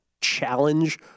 challenge